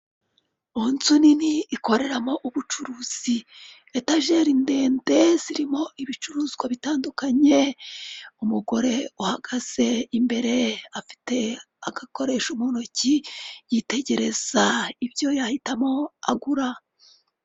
Inzu nini ikoreramo ubucuruzi, etajeri ndende zirimo ibicuruzwa bitandukanye, umugore uhagaze imbere afite agakoresho muntoki yitegereza ibyo yahitamo agura.